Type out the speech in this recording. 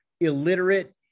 illiterate